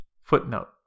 Footnote